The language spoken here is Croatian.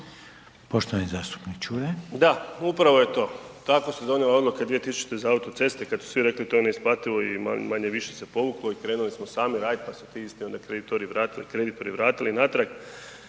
Stjepan (HNS)** Da, upravo je. Tako se donijela odluka za 2000. za autoceste kad su svi rekli to je neisplativo i manje-više se povuklo i krenuli smo sami radit pa su ti isti onda kreditori vratili kredit,